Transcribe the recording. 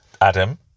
Adam